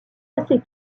assez